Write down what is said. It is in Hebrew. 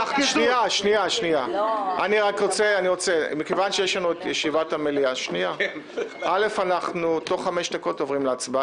יש לנו ישיבה של המליאה ולכן תוך חמש דקות אנחנו עוברים להצבעה,